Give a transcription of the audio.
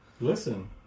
Listen